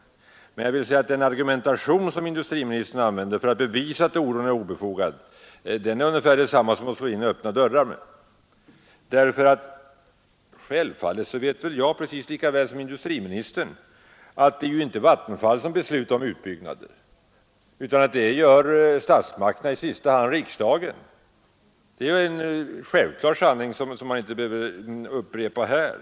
Men i sin argumentation för att bevisa att oron är obefogad slår industriministern faktiskt in öppna dörrar. Självfallet vet jag precis lika väl som industriministern att det inte är Vattenfall som beslutar om utbyggnader utan det gör statsmakterna och i sista hand riksdagen. Det är en sanning och något självklart som man inte behöver särskilt framhålla här.